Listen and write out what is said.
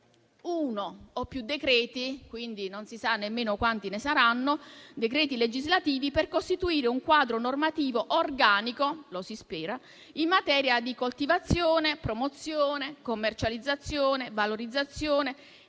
uno o più decreti legislativi - quindi non si sa nemmeno quanti saranno - «per costituire un quadro normativo organico» - si spera - «in materia di coltivazione, promozione, commercializzazione, valorizzazione e